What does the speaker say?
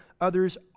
Others